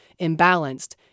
imbalanced